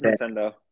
Nintendo